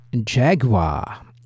Jaguar